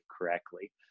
correctly